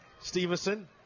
Stevenson